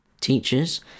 teachers